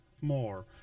more